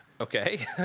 Okay